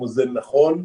הוא מודל נכון,